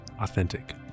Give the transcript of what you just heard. authentic